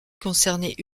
concernait